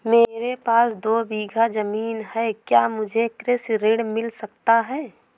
मेरे पास दो बीघा ज़मीन है क्या मुझे कृषि ऋण मिल सकता है?